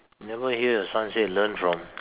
never hear your son say learn from